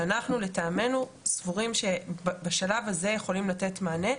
שאנחנו לטעמנו סבורים שבשלב הזה יכולים לתת מענה,